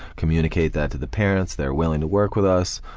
communicate that to the parents, they're willing to work with us,